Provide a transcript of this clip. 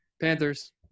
Panthers